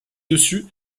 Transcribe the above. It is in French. dessus